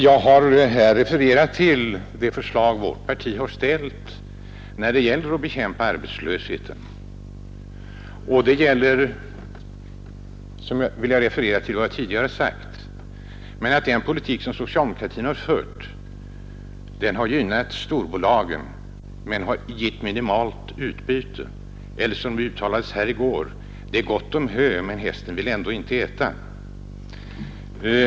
Jag har redogjort för det förslag vårt parti lagt fram när det gäller att bekämpa arbetslösheten. Nu vill jag bara referera till vad jag tidigare sagt, att den politik som socialdemokraterna fört har gynnat storbolagen och gett minimalt utbyte, eller som det uttrycktes här i går: Det är gott om hö, men hästen vill inte äta.